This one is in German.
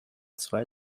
zwei